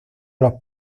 los